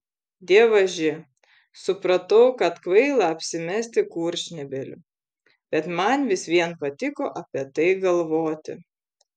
dievaži supratau kad kvaila apsimesti kurčnebyliu bet man vis vien patiko apie tai galvoti